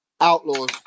Outlaws